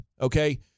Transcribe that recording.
okay